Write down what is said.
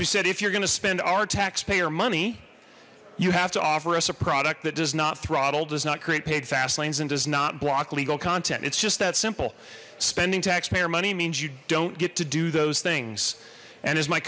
we said if you're gonna spend our taxpayer money you have to offer us a product that does not throttle does not create paid fast lanes and does not block legal content it's just that simple spending taxpayer money means you don't get to do those things and as my